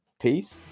Peace